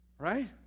right